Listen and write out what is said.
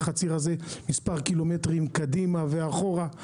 הציר הזה מספר קילומטרים קדימה ואחורה,